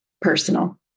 personal